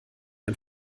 ein